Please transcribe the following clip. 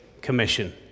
Commission